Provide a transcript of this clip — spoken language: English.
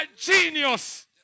genius